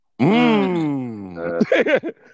Mmm